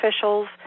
officials